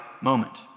moment